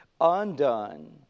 undone